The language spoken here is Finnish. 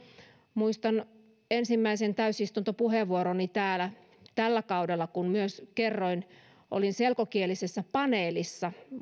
muistan ensimmäisen täysistuntopuheenvuoroni täällä tällä kaudella kun myös kerroin että olin selkokielisessä paneelissa